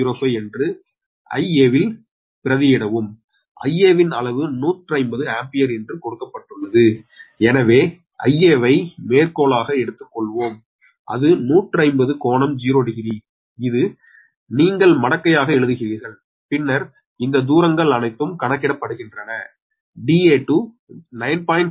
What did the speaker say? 4605 என்று Ia ல் பிராட்டியிடவும் Ia வின் அளவு 150 ஆம்பியர் என்று கொடுக்கப்பட்டுள்ளது எனவே Ia ஐ மேற்கோளாக எடுத்துக்கொள்வோம் அது 150 கோணம் 0 டிகிரி இது நீங்கள் மடக்கையாக எழுதுகிறீர்கள் பின்னர் இந்த தூரங்கள் அனைத்தும் கணக்கிடப்படுகின்றன Da2 9